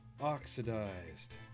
oxidized